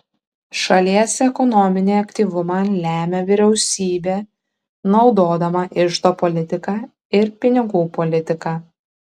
šalies ekonominį aktyvumą lemia vyriausybė naudodama iždo politiką ir pinigų politiką